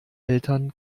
eltern